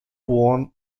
worn